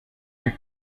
que